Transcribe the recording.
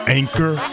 anchor